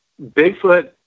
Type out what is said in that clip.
Bigfoot